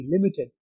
Limited